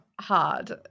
hard